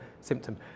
symptom